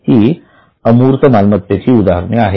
ही अमूर्त मालमत्तेची उदाहरणे आहेत